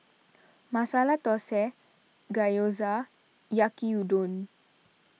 Masala Dosa Gyoza Yaki Udon